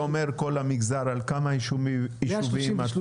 אומר "כל המגזר" על כמה יישובים אתה מדבר?